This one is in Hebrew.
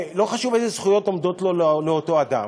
ולא חשוב איזה זכויות עומדות לו לאותו אדם,